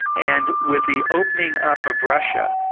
and with the opening up of russia,